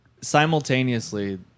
simultaneously